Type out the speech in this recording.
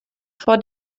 vor